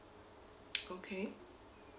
okay